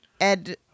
Ed